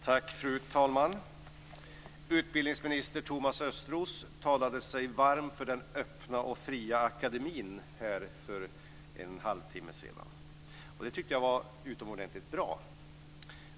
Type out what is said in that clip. Fru talman! Utbildningsminister Thomas Östros talade sig varm för den öppna och fria akademin för en halvtimme sedan. Det tyckte jag var utomordentligt bra.